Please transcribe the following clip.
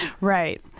Right